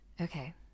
Okay